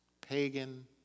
pagan